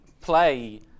play